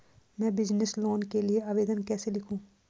मैं business loan के लिए आवेदन कैसे लिखूँ?